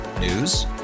News